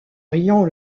riant